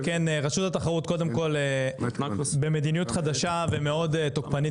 שכן רשות התחרות קודם כל במדיניות חדשה ומאוד תוקפנית